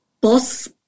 bus